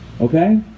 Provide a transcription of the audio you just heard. Okay